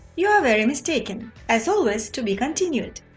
you are very mistaken. as always, to be continued!